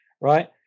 Right